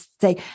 say